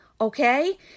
okay